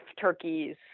Turkey's